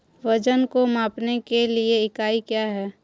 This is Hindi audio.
वजन को मापने के लिए इकाई क्या है?